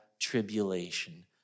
tribulation